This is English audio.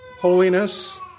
holiness